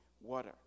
water